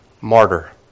martyr